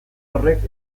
horrek